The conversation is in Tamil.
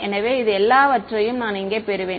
எனவே இது எல்லாவற்றையும் நான் இங்கே பெறுவேன்